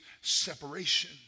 separation